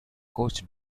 coached